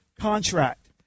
contract